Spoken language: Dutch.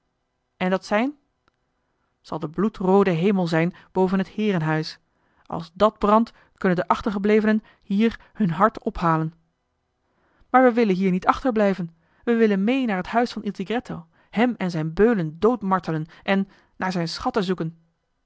en dat sein zal de bloedroode hemel zijn boven het heerenhuis als dàt brandt kunnen de achtergeblevenen hier hun hart ophalen maar we willen hier niet achterblijven we willen mee naar het huis van il tigretto hem en zijn beulen doodmartelen en naar zijn schatten zoeken